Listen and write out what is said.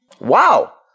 Wow